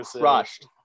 Rushed